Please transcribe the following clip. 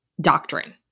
doctrine